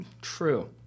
True